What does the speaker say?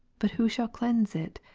but who shall cleanse it?